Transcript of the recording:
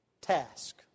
task